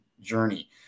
journey